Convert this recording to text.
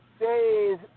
days